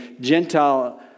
Gentile